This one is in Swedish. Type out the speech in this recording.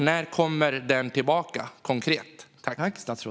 När kommer den konkret tillbaka?